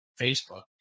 facebook